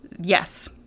yes